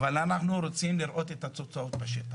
אבל אנחנו רוצים לראות את התוצאות בשטח.